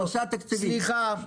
ליאת גרשון, א.ד.י מערכות, בבקשה.